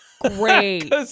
Great